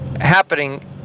happening